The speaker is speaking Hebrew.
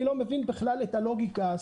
אני לא מבין בכלל את הלוגיקה.